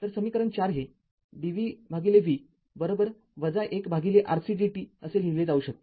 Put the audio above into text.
तर समीकरण ४ हे dvv १ RC dt असे लिहिले जाऊ शकते